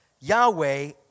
Yahweh